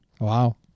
Wow